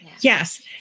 yes